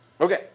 Okay